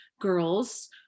girls